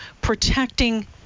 protecting